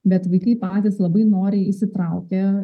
bet vaikai patys labai noriai įsitraukė